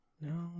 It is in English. No